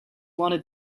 wanted